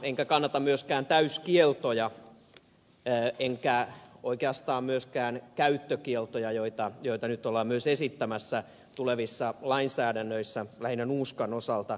en kannata myöskään täyskieltoja enkä oikeastaan myöskään käyttökieltoja joita nyt ollaan myös esittämässä tulevassa lainsäädännössä lähinnä nuuskan osalta